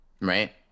right